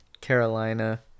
Carolina